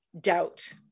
doubt